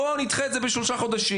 בואו נדחה את זה בשלושה חודשים.